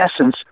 essence